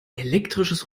elektrisches